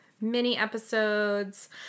mini-episodes